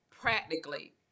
practically